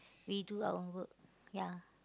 we do our work ya